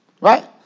Right